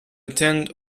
attend